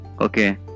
Okay